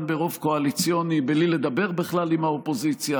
ברוב קואליציוני בלי לדבר בכלל עם האופוזיציה,